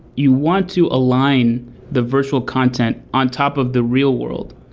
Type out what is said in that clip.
you want to align the virtual content on top of the real world,